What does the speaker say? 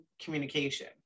communication